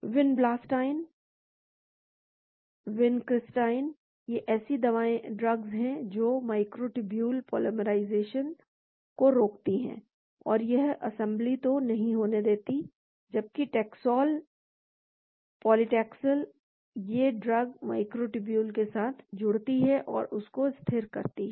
vinblastine vincristine ये ऐसी drugs हैं जो माइक्रोटूब्यूल पोलीमराइजेशन को रोकती हैं तो यह असेंबली को नहीं होने देती है जबकि टैक्सोल पैक्लिटैक्सेल ये ड्रग्स माइक्रोटूब्यूल के साथ जुड़ती है और उसको स्थिर करती है